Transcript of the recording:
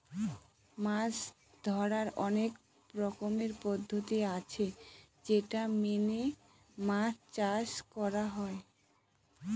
মাছ ধরার অনেক রকমের পদ্ধতি আছে যেটা মেনে মাছ চাষ করা হয়